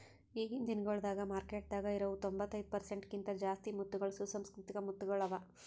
ಈಗಿನ್ ದಿನಗೊಳ್ದಾಗ್ ಮಾರ್ಕೆಟದಾಗ್ ಇರವು ತೊಂಬತ್ತೈದು ಪರ್ಸೆಂಟ್ ಕಿಂತ ಜಾಸ್ತಿ ಮುತ್ತಗೊಳ್ ಸುಸಂಸ್ಕೃತಿಕ ಮುತ್ತಗೊಳ್ ಅವಾ